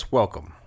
welcome